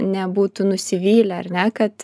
nebūtų nusivylę ar ne kad